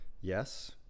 yes